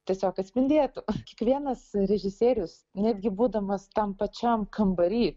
tiesiog atspindėtų kiekvienas režisierius netgi būdamas tam pačiam kambary